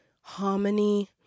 harmony